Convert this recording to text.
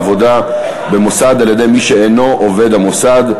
קבלת אדם לעבודה במוסד על-ידי מי שאינו עובד המוסד),